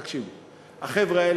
אתם יודעים, אוי,